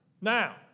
Now